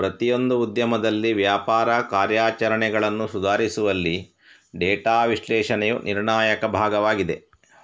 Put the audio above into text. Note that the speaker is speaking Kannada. ಪ್ರತಿಯೊಂದು ಉದ್ಯಮದಲ್ಲಿ ವ್ಯಾಪಾರ ಕಾರ್ಯಾಚರಣೆಗಳನ್ನು ಸುಧಾರಿಸುವಲ್ಲಿ ಡೇಟಾ ವಿಶ್ಲೇಷಣೆಯು ನಿರ್ಣಾಯಕ ಭಾಗವಾಗಿದೆ